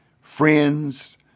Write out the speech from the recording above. friends